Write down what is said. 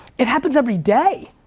it happens every day.